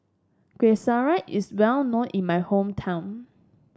Kuih Syara is well known in my hometown